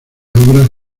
obras